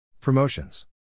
Promotions